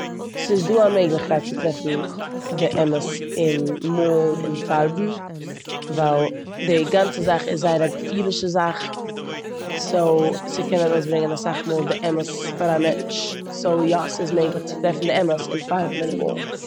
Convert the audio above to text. ס'איז דא א מעגליכקייט צו טרעפן די אמת אין מאלן און פארבן ווייל די גאנצע זאך איז זייער א געפילישע זאך סאו ס'קען ארויסברענגען אסאך מאל די אמת פאר א מענטש. סאו יא, ס'איז מעגליך צו טרעפן די אמת אין פארבן און אין מאלן.